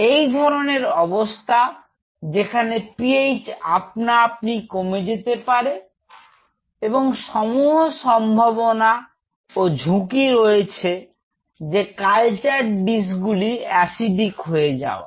এই ধরনের অবস্থা যেখানে পিএইচ আপনা আপনি কমে যেতে পারে এবং সমূহ সম্ভাবনা ও ঝুঁকি রয়েছে যে কালচার ডিস গুলি এসিডিক হয়ে যাওয়ার